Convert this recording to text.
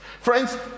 Friends